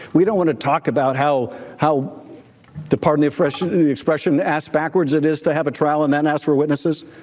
we don't want to talk about how how the party of freshman expression ass backwards. it is to have a trial and then ask for witnesses.